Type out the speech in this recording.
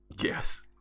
Yes